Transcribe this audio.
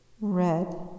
red